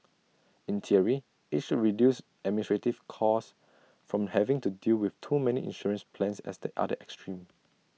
in theory IT should reduce administrative costs from having to deal with too many insurance plans as the other extreme